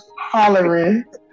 hollering